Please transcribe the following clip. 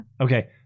Okay